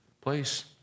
place